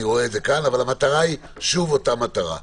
אבל המטרה היא שוב אותה מטרה,